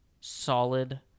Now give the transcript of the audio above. solid